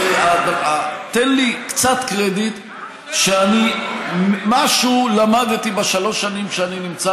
תן לי קצת קרדיט שמשהו למדתי בשלוש השנים שאני נמצא